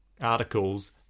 articles